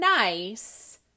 nice